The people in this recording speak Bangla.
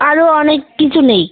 আরো অনেক কিছু নেই